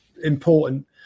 important